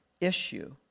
issue